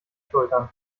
schultern